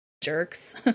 jerks